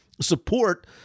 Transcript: support